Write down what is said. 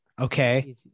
okay